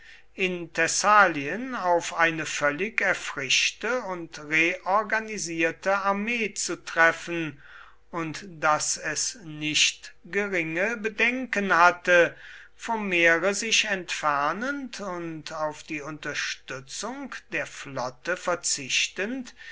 in thessalien auf eine völlig erfrischte und reorganisierte armee zu treffen und daß es nicht geringe bedenken hatte vom meere sich entfernend und auf die unterstützung der flotte verzichtend